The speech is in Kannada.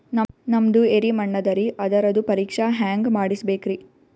ನಮ್ದು ಎರಿ ಮಣ್ಣದರಿ, ಅದರದು ಪರೀಕ್ಷಾ ಹ್ಯಾಂಗ್ ಮಾಡಿಸ್ಬೇಕ್ರಿ?